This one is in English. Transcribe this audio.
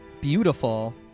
beautiful